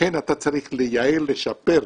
ולכן אתה צריך לייעל, לשפר,